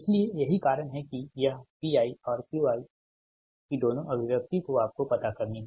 इसीलिए यही कारण है कि यह Piऔर Qi की दोनों अभिव्यक्ति को आपको पता करनी है